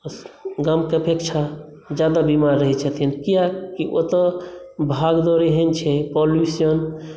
गामके अपेक्षा ज्यादा बीमार रहैत छथिन कियाकि ओतय भागदौड़ एहन छै पॉल्यूशन